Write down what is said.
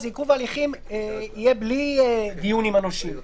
ובמקרה הזה לנושים,